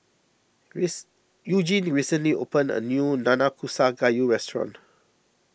grace Eugene recently opened a new Nanakusa Gayu restaurant